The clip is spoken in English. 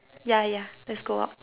ya ya let's go out